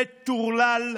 מטורלל,